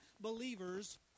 believers